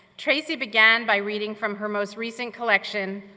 tracy began by reading from her most recent collect, and